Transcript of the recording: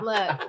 Look